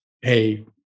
Hey